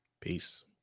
Peace